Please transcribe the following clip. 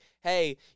hey